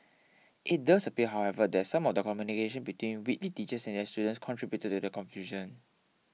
it does appear however that some of the communication between Whitley teachers and their students contributed to the confusion